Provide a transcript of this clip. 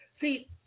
See